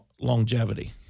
longevity